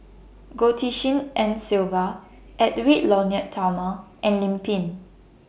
Goh Tshin En Sylvia Edwy Lyonet Talma and Lim Pin